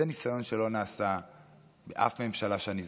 זה ניסיון שלא נעשה באף ממשלה שאני זוכר.